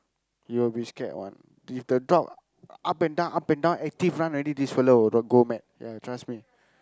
you will be scared one if the dog up and down up and down active run already this fellow will the go mad ya trust me